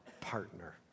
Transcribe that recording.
partner